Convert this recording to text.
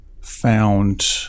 found